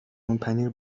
نونپنیر